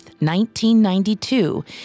1992